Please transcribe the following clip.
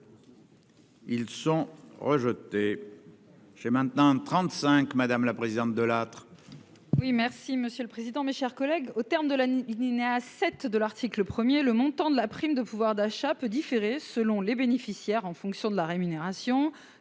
Ils ont rejeté